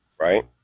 right